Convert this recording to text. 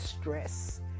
stress